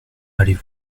allez